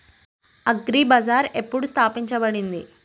Agri Bazaar ఎప్పుడు స్థాపించబడింది?